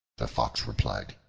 the fox replied,